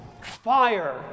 fire